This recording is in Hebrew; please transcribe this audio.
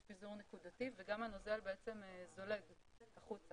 יש פיזור נקודתי וגם הנוזל זולג החוצה.